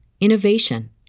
innovation